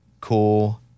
cool